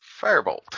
firebolt